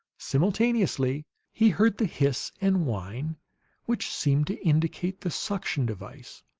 simultaneously he heard the hiss and whine which seemed to indicate the suction device.